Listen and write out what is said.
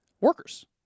workers